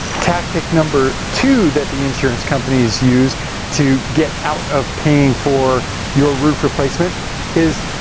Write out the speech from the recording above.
tactic number two, that the insurance companies use to get out of paying for your roof replacement is,